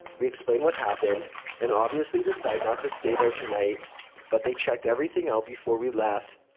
we explain what happened and obviously decide not to stay there tonight but they checked everything out before we left,